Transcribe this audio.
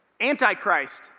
Antichrist